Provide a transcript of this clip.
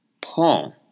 Paul